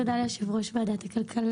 תודה ליושב-ראש ועדת הכלכלה,